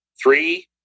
Three